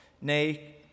nay